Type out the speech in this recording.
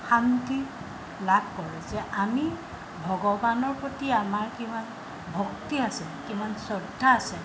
শান্তি লাভ কৰোঁ যে আমি ভগৱানৰ প্ৰতি আমাৰ কিমান ভক্তি আছে কিমান শ্ৰদ্ধা আছে